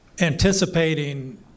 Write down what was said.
anticipating